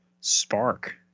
spark